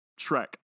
Shrek